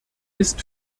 ist